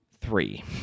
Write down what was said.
Three